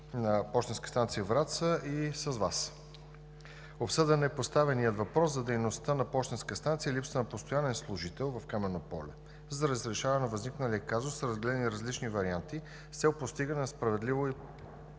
пощенската станция във Враца и Вас. Обсъден е поставеният въпрос за дейността на пощенската станция и липсата на постоянен служител в Камено поле. За разрешаване на възникналия казус са разгледани различни варианти с цел постигане на справедливо и